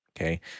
okay